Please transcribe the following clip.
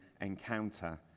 encounter